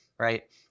Right